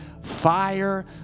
fire